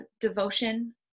devotion